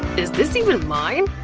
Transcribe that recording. is this even mine?